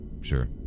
Sure